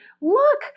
Look